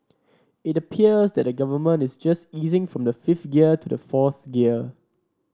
it appears that the Government is just easing from the fifth gear to the fourth gear